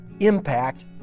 impact